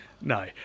No